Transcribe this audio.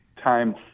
time